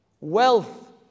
wealth